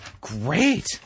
Great